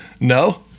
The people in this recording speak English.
No